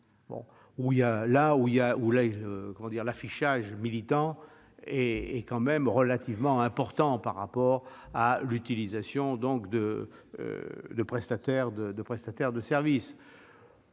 où l'affichage militant est relativement important par rapport à l'utilisation de prestataires de services,